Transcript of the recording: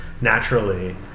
naturally